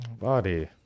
Body